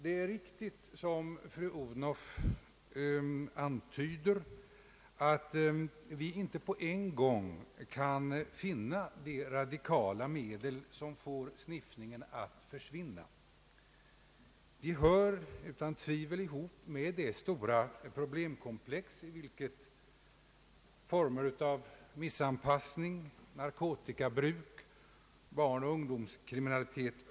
Det är riktigt, som fru Odhnoff antyder, att vi inte på en gång kan finna de radikala medel som får sniffningen att försvinna. Den hör utan tvivel ihop med det stora problemkomplex som omfattar olika former av missanpassning, narkotikabruk och barnoch ungdomskriminalitet.